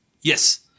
Yes